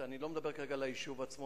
אני לא מדבר כרגע על היישוב עצמו,